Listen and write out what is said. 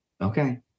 Okay